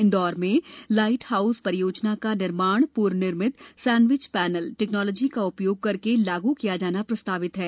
इंदौर में light house परियोजना का निर्माण पूर्व निर्मित सैंडविच पैनल टेक्नोलॉजी का उपयोग करके लागू किया जाना प्रस्तावित है